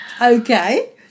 okay